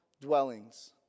dwellings